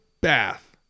bath